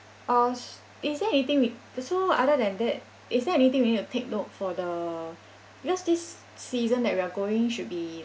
oh sh~ is there anything we so other than that is there anything we need to take note for the because this season that we are going should be